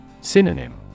Synonym